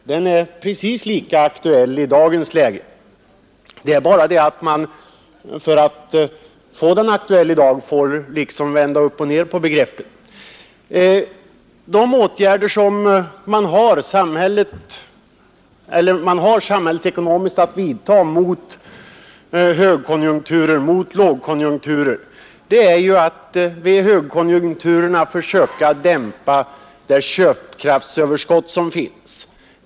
Den är precis lika aktuell i dagens läge. Det är bara så, att man för att få den aktuell i dag får så att säga vända upp och ned på begreppet. De åtgärder som samhället har möjlighet att vidta mot högkonjunktuter och mot lågkonjunkturer är ju att vid högkonjunkturerna försöka dämpa det köpkraftsöverskott som finns.